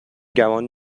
گمان